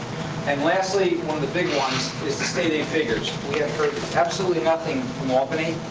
and lastly, one of the big ones is the state aid figures. we have heard absolutely nothing from albany.